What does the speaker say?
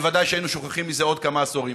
בוודאי היינו שוכחים מזה עוד כמה עשורים.